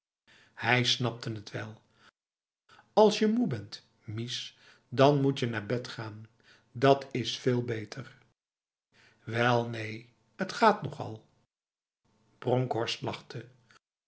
hij snapte het wel als je moe bent mies dan moetje naar bed gaan dat is veel beterf wel neen het gaat nogal bronkhorst